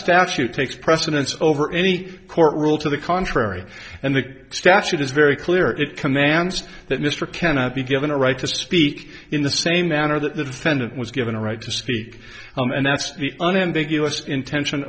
statute takes precedence over any court rule to the contrary and the statute is very clear it commands that mr cannot be given a right to speak in the same manner that the defendant was given a right to speak and that's the unambiguous intention